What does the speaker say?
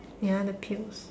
ya the pill